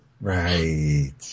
Right